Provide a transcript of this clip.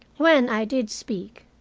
when i did speak,